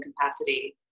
capacity